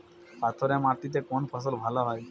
পাথরে মাটিতে কোন ফসল ভালো হয়?